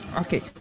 Okay